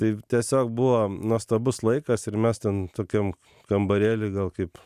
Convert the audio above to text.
tai tiesiog buvo nuostabus laikas ir mes ten tokiam kambarėly gal kaip